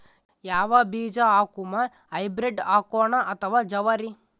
ಯಾವ ಬೀಜ ಹಾಕುಮ, ಹೈಬ್ರಿಡ್ ಹಾಕೋಣ ಅಥವಾ ಜವಾರಿ?